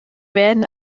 werden